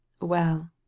Well